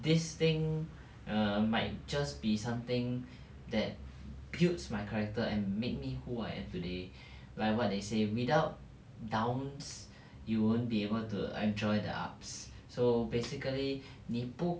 this thing err might just be something that builds my character and made me who I am today like what they say without downs you won't be able to enjoy the ups so basically 你不